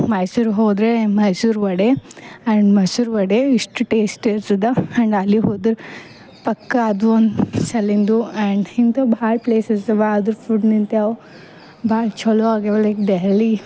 ಮೈಸೂರು ಹೋದರೆ ಮೈಸೂರು ವಡೆ ಆ್ಯಂಡ್ ಮೈಸೂರುವಡೆ ಇಷ್ಟು ಟೇಸ್ಟ್ ಇರ್ತದೆ ಆ್ಯಂಡ್ ಅಲ್ಲಿ ಹೋದ್ರೆ ಪಕ್ಕ ಅದು ಒಂದು ಸಲ್ಲಿಂದು ಆ್ಯಂಡ್ ಇಂಥವ್ ಭಾಳ ಪ್ಲೇಸಸ್ ಅವ ಅದ್ರ ಫುಡ್ ನಿಂತ್ಯಾವು ಭಾಳ್ ಚಲೋ ಆಗ್ಯಾವೆ ಲೈಕ್ ದೆಹಲಿ